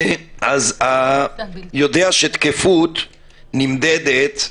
יודע שתקפות נמדדת,